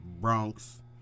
Bronx